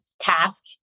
task